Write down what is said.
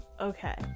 Okay